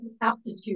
aptitude